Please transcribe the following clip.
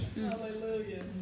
Hallelujah